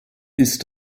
ist